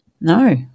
No